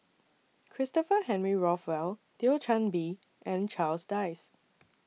Christopher Henry Rothwell Thio Chan Bee and Charles Dyce